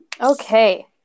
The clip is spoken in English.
okay